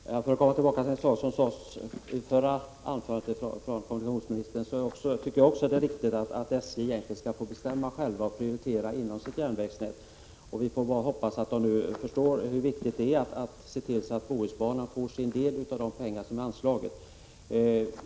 Herr talman! För att gå tillbaka till kommunikationsministerns tidigare anförande, vill jag säga att det är riktigt att SJ skall få bestämma och prioritera inom sitt järnvägsnät. Jag hoppas bara att SJ nu förstår hur viktigt det nu är att se till att Bohusbanan får sin del av de pengar som är anslagna.